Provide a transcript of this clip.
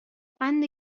قند